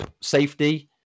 Safety